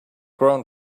grown